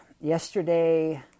yesterday